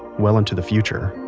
well into the future.